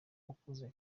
ukuze